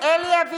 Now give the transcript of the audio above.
(קוראת בשמות חברי הכנסת) אלי אבידר,